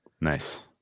Nice